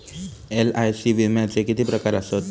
LIC विम्याचे किती प्रकार आसत?